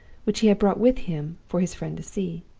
which he had brought with him for his friend to see.